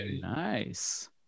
nice